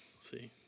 see